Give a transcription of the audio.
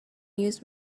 use